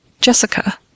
Jessica